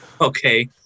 Okay